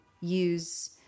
use